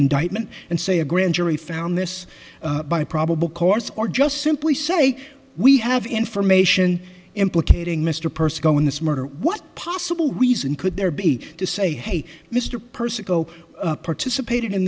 indictment and say a grand jury found this by probable course or just simply say we have information implicating mr percy going this murder what possible reason could there be to say hey mr percy go participated in